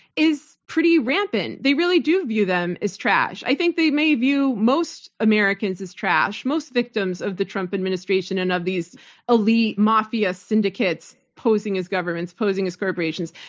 is pretty rampant. they really do view them as trash. i think they may view most americans as trash. most victims of the trump administration and of these elite mafia syndicates posing as governments, posing as corporations,